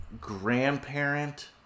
grandparent